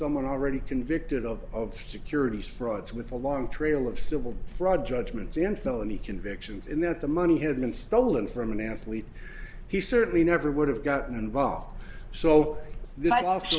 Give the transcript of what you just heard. someone already convicted of securities fraud with a long trail of civil fraud judgments in felony convictions and that the money had been stolen from an athlete he certainly never would have gotten involved so